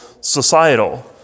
societal